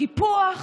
הקיפוח